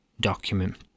document